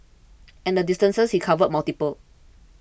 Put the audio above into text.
and the distances he covered multiplied